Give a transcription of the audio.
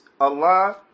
Allah